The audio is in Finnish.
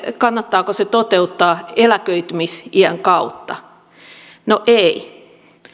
kannattaako se toteuttaa eläköitymisiän kautta no ei